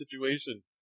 situation